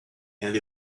and